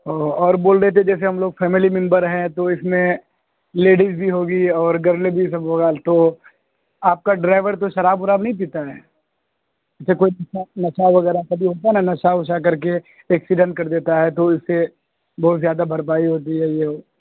اوہ اور بول رہے تھے جیسے ہم لوگ فیملی ممبر ہیں تو اس میں لیڈیز بھی ہوگی اور گرل بھی سب ہوگا تو آپ کا ڈرائیور تو شراب وراب نہیں پیتا ہے اچھا کوئی نشہ وغیرہ کبھی ہوتا ہے نا نشہ وشہ کر کے ایکسیڈنٹ کر دیتا ہے تو اس سے بہت زیادہ بھرپائی ہوتی ہے یہ